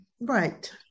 Right